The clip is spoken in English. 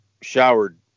showered